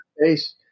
face